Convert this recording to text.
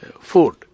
food